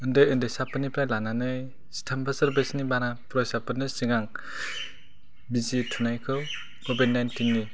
उन्दै उन्दैसाफोरनिफ्राय लानानै जिथाम बोसोर बैसोनिबानो फरायसाफोरनो सिगां बिजि थुनायखौ कभिड नाइनटिननि